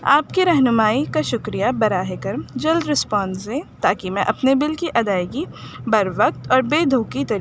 آپ کی رہنمائی کا شکریہ براہ کر جلد رسپانس دیں تاکہ میں اپنے بل کی ادائیگی بر وقت اور بے دھوکی طریقے سے کر سکوں